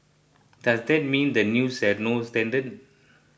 does that mean the news has no standard